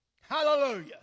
Hallelujah